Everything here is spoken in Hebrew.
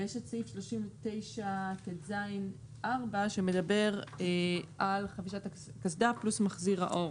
ויש את סעיף 39טז4 שמדבר על חבישת הקסדה פלוס מחזיר האור.